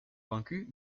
vaincus